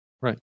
Right